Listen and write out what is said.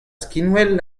skinwel